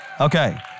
Okay